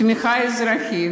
תמיכה אזרחית,